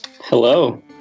Hello